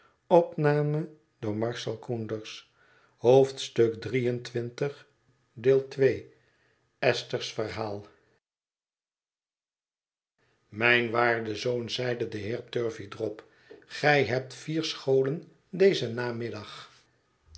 mijn waarde zoon zeide de heer turveydrop gij hebt vier scholen dezen namiddag